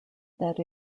that